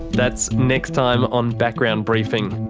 that's next time on background briefing.